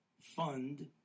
fund